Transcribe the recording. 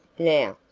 now,